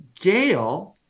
Gail